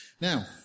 Now